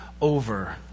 over